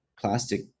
plastic